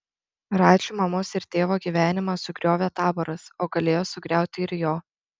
radži mamos ir tėvo gyvenimą sugriovė taboras o galėjo sugriauti ir jo